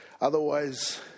Otherwise